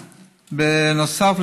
בנוסף,